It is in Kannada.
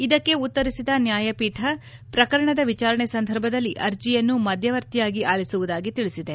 ಇದಕ್ಕೆ ಉತ್ತರಿಸಿದ ನ್ವಾಯಪೀಠ ಪ್ರಕರಣದ ವಿಚಾರಣೆ ಸಂದರ್ಭದಲ್ಲಿ ಅರ್ಜಿಯನ್ನು ಮಧ್ಯವರ್ತಿಯಾಗಿ ಆಲಿಸುವುದಾಗಿ ತಿಳಿಸಿದೆ